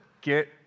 get